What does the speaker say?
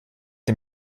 dem